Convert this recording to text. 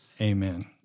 Amen